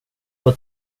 vad